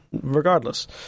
Regardless